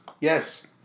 Yes